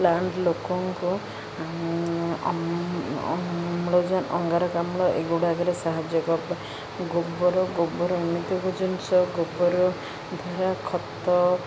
plant ଲୋକଙ୍କୁ ଅମ୍ଳଜାନ୍ ଅଙ୍ଗାରକାମ୍ଳ ଏଗୁଡ଼ାକରେ ସାହାଯ୍ୟ ଗୋବର ଗୋବର ଏମିତି ଏକ ଜିନିଷ ଗୋବର ଧରା ଖତ